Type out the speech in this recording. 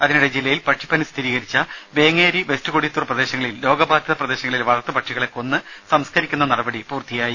അതിനിടെ ജില്ലയിൽ പക്ഷിപ്പനി സ്ഥിരീകരിച്ച വേങ്ങേരി വെസ്റ്റ് കൊടിയത്തൂർ പ്രദേശങ്ങളിൽ രോഗബാധിത പ്രദേശങ്ങളിലെ വളർത്തു പക്ഷികളെ കൊന്ന് സംസ്കരിക്കുന്ന നടപടി പൂർത്തിയായി